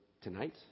tonight